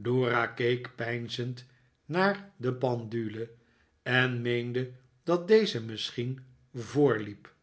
dora keek peinzend naar de pendule en meende dat deze misschieh voor hep